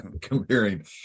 Comparing